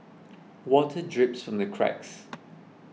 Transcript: water drips the cracks